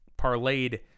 parlayed